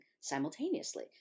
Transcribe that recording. simultaneously